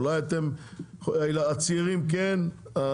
אולי הצעירים כן,